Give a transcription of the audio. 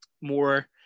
more